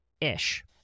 ish